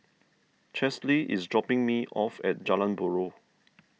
Chesley is dropping me off at Jalan Buroh